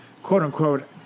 quote-unquote